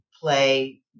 play